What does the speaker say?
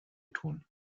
tun